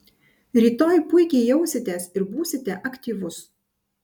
rytoj puikiai jausitės ir būsite aktyvus